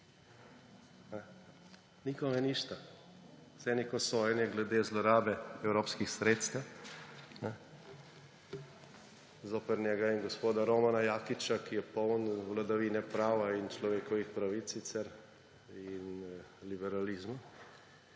Nikome ništa. Neko sojenje glede zlorabe evropskih sredstev zoper njega in gospoda Romana Jakiča, ki je poln vladavine prava in človekovih pravic sicer in liberalizma,